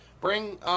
Bring